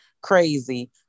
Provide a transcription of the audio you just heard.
Crazy